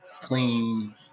clean